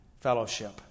fellowship